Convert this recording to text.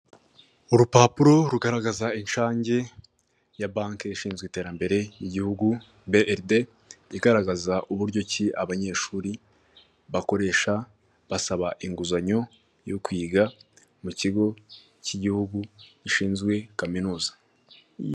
Urupapuro rugaragaza inshange ya banke ishinzwe iterambere ryigihugu be eride igaragaza uburyo ki, abanyeshuri bakoresha basaba inguzanyo yo kwiga mu kigo k'igihugu gishinzwe kaminuza.